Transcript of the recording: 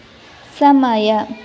ಸಮಯ